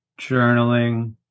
journaling